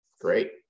Great